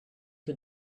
for